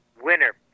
winner